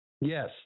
Yes